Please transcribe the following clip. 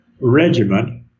regiment